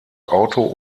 auto